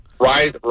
Rise